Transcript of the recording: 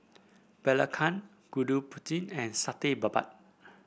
belacan Gudeg Putih and Satay Babat